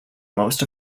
most